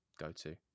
go-to